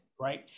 Right